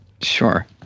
Sure